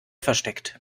versteckt